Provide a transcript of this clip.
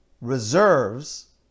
reserves